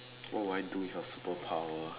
what would I do with your superpower